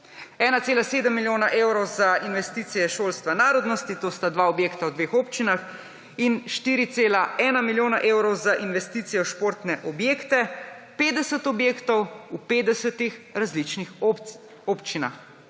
1,7 milijona evrov za investicije šolstva narodnosti, to sta dva objekt v dveh občinah; in 4,1 milijona evrov za investicije v športne objekte, 50 objektov v 50. različnih občinah